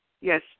Yes